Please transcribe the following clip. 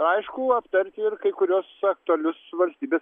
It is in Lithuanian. aišku aptarti ir kai kuriuos aktualius valstybės